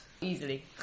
easily